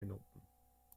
minuten